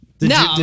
No